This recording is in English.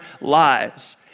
lives